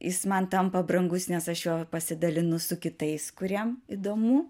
jis man tampa brangus nes aš juo pasidalinu su kitais kuriem įdomu